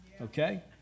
Okay